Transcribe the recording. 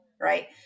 right